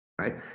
right